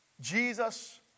Jesus